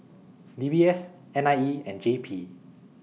D B S N I E and J P